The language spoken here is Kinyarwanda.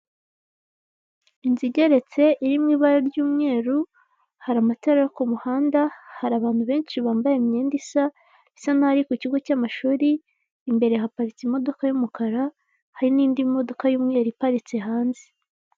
Inzu igeretse iri mu ibara ry'umweru, hari amatara yo ku muhanda, hari abantu benshi bambaye imyenda isa, bisa naho ari ku kigo cy'amashuri, imbere haparitse imodoka y'umukara, hari n'indi modoka y'umweru iparitse hanze.